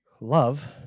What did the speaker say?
love